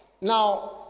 now